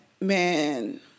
man